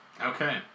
Okay